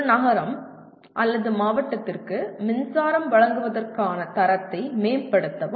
ஒரு நகரம் அல்லது மாவட்டத்திற்கு மின்சாரம் வழங்குவதற்கான தரத்தை மேம்படுத்தவும்